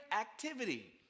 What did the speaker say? activity